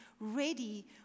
Ready